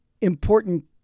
important